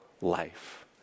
life